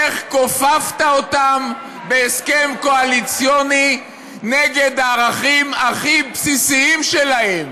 איך כופפת אותם בהסכם קואליציוני נגד הערכים הכי בסיסיים שלהם,